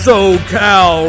SoCal